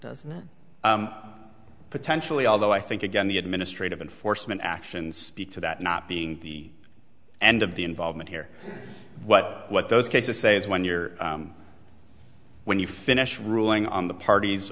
dispositive potentially although i think again the administrative enforcement actions speak to that not being the end of the involvement here but what those cases say is when you're when you finish ruling on the parties